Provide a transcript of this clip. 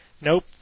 Nope